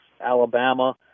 Alabama